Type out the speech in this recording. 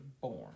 born